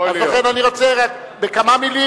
אז לכן אני רוצה רק בכמה מלים,